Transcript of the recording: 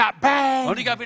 bang